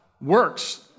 works